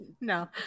No